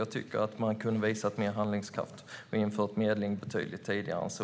Jag tycker att man kunde ha visat mer handlingskraft och infört medling betydligt tidigare än så.